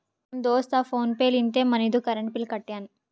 ನಮ್ ದೋಸ್ತ PhonePe ಲಿಂತೆ ಮನಿದು ಕರೆಂಟ್ ಬಿಲ್ ಕಟ್ಯಾನ್